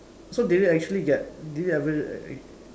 so did it actually get did you ever